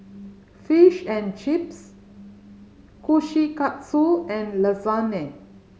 Fish and Chips Kushikatsu and Lasagne